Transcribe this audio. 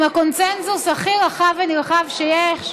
עם הקונסנזוס הכי רחב ונרחב שיש,